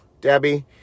Debbie